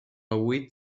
huit